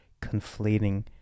conflating